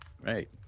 Right